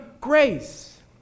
grace